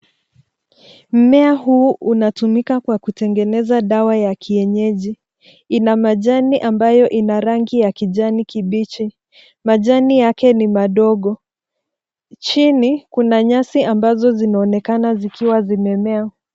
Mmea huu unatumika kwa kutengeneza dawa ya kienyeji. Ina majani ambayo ina rangi ya kijani kibichi. Majani yake ni madogo. Chini kuna nyasi ambazo zinaonekana zikiwa zimemea.